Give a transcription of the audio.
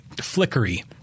flickery